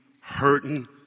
hurting